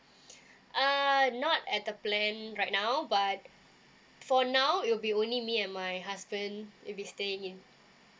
uh not at the plan right now but for now it will be only me and my husband will be staying in